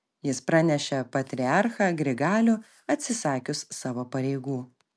jis pranešė patriarchą grigalių atsisakius savo pareigų